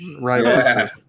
right